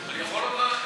אני יכול לומר?